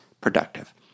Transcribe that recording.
productive